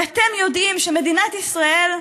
ואתם יודעים שמדינת ישראל,